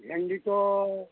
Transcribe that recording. ভেন্ডি তো